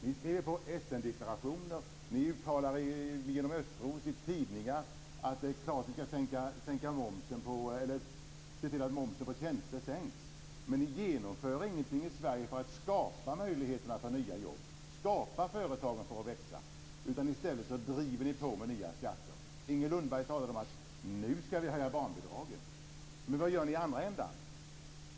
Ni skriver på Essen-deklarationer och ni talar genom Östros i tidningar om att det är klart att ni skall se till att momsen på tjänster sänks. Men ni genomför ingenting i Sverige för att skapa möjligheter för nya jobb och möjligheter för företagen att växa. I stället driver ni på med nya skatter. Inger Lundberg talade om att barnbidraget skall höjas. Men vad gör man i andra ändan?